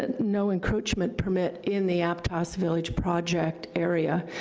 and no encroachment permit in the aptos village project area.